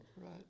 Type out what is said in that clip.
right